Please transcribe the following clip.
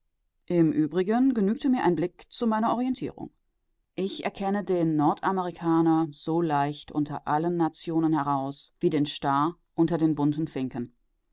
im übrigen genügte mir ein blick zu meiner orientierung ich erkenne den nordamerikaner so leicht unter allen nationen heraus wie den star unter den bunten finken